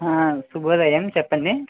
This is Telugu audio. శుభోదయం చెప్పండి